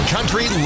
Country